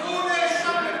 הוא נאשם בפלילים.